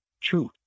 truth